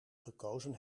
gekozen